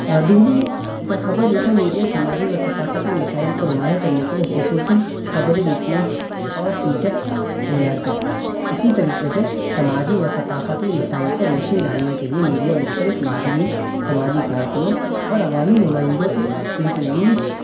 دہلی کا خبر رساں میڈیا سماجی و ثقافتی مسائل کو نمایاں کرنے کے لیے خصوصی خبریں رپوٹس اور فیچرس تیار کرتا ہے اسی طریقے سے سماجی و ثقافتی مسائل پر روشنی ڈالنے کے لیے میڈیا مختلف ماہرین سماجی کارکنوں اور عوامی نمائندوں کے انٹرویوز